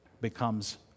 becomes